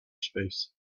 space